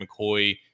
McCoy